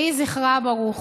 יהי זכרה ברוך.